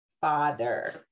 father